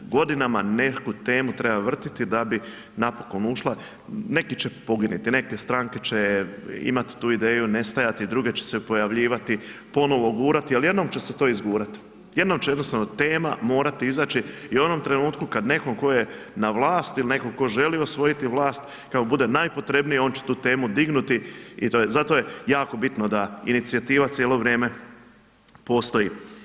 Godinama neku temu treba vrtiti da bi napokon ušla, neki će poginuti, neke stranke će imati tu ideju nestajati, druge će pojavljivati, ponovno gurati ali jednom će se to izgurat, jednom će jednostavno tma morat izaći i u onom trenutku kad netko tko je na vlasti ili netko tko želi osvojiti vlast, kad mu bude najpotrebnije on će tu temu dignuti i to je, zato je jako bitno da inicijativa cijelo vrijeme postoji.